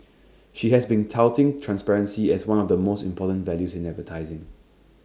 she has been touting transparency as one of the most important values in advertising